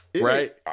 right